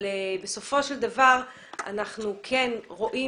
אבל בסופו של דבר אנחנו כן רואים